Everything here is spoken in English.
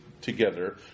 together